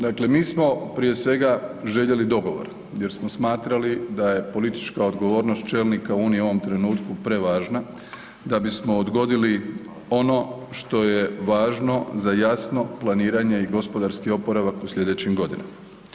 Dakle, mi smo prije svega željeli dogovor jer smo smatrali da je politička odgovornost čelnika Unije u ovom trenutku prevažna da bismo odgodili ono što je važno za jasno planiranje i gospodarski oporavak u sljedećim godinama.